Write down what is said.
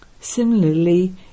Similarly